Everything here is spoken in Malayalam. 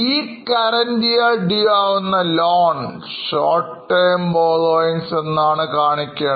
ഈ Current year due ആവുന്ന loan short term borrowings എന്നാണ് കാണിക്കുക